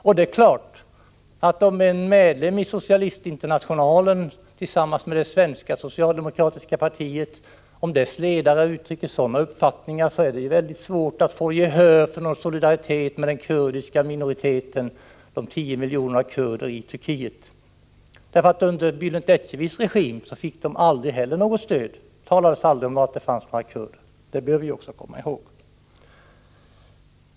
Om en medlem av Socialistinternationalen uttrycker sådana uppfattningar är det naturligtvis svårt att få gehör för krav på solidaritet med de tio miljonerna kurder i Turkiet. Under Bälent Ecevits regim fick de heller aldrig något stöd. Det talades aldrig om att det fanns några kurder. Det bör vi också komma ihåg.